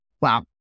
Wow